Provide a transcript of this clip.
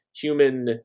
human